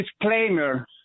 disclaimer